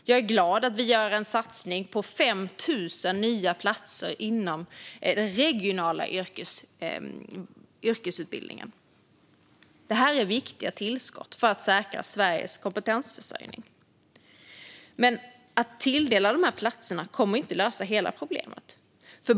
Jag är glad över att vi gör en satsning på 5 000 nya platser inom den regionala yrkesutbildningen. Det är viktiga tillskott för att säkra Sveriges kompetensförsörjning. Men de här platserna kommer inte att lösa hela problemet.